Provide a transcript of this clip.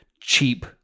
cheap